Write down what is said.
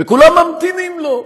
וכולם ממתינים לו,